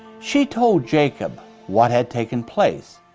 she told jacob what had taken place,